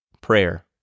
Prayer